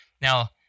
Now